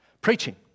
Preaching